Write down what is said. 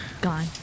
gone